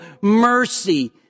mercy